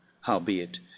howbeit